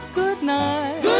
goodnight